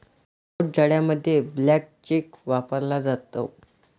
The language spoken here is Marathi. भोट जाडामध्ये ब्लँक चेक वापरला जातो